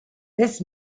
this